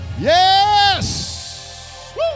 Yes